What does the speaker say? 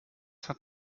hat